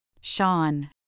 Sean